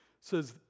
says